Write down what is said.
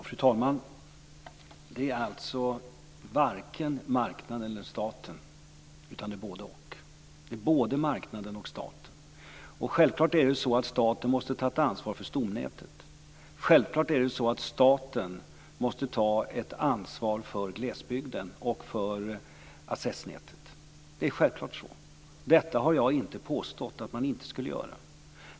Fru talman! Det är alltså varken marknaden eller staten utan det är både-och. Det är både marknaden och staten. Självklart är det så att staten måste ta ett ansvar för stomnätet. Självklart är det så att staten måste ta ett ansvar för glesbygden och för accessnätet. Det är självklart så. Det har jag inte påstått att man inte skulle göra.